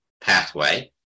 pathway